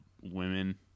women